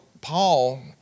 Paul